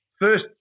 First